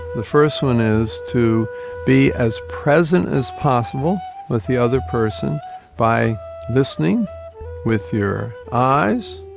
the first one is to be as present as possible with the other person by listening with your eyes,